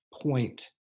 point